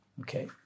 okay